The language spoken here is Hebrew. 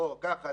פה ככה,